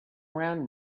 around